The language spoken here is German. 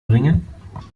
bringen